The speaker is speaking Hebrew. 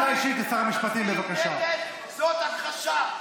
כשמצביעים נגד, זו הכחשה.